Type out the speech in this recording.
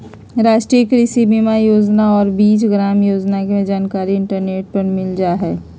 राष्ट्रीय कृषि बीमा योजना और बीज ग्राम योजना के जानकारी इंटरनेट पर मिल जा हइ